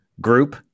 group